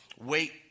Wait